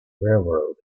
railroad